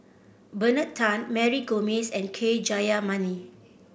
Bernard Tan Mary Gomes and K Jayamani